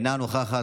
אינה נוכחת,